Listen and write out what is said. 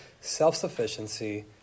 self-sufficiency